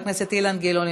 חבר הכנסת אילן גילאון,